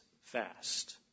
Fast